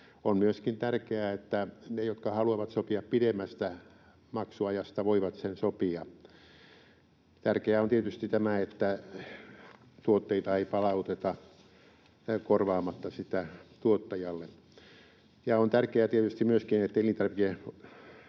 On myöskin tärkeää, että ne, jotka haluavat sopia pidemmästä maksuajasta, voivat sen sopia. Tärkeää on tietysti tämä, että tuotteita ei palauteta korvaamatta sitä tuottajalle. Ja on tärkeää tietysti myöskin, että lisätään